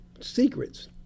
secrets